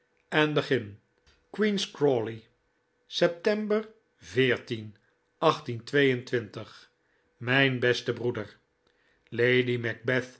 en begin queen's crawley september mijn beste broeder lady